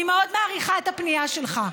אני מאוד מעריכה את הפנייה שלך.